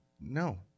No